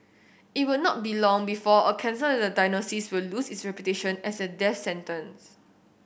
it will not be long before a cancer diagnosis will lose its reputation as a death sentence